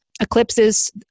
eclipses